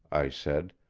i said.